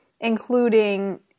including